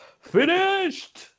finished